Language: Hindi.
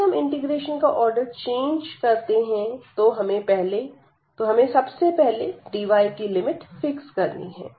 यदि हम इंटीग्रेशन का आर्डर चेंज करते हैं तो हमें सबसे पहले dy की लिमिट फिक्स करनी है